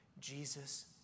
Jesus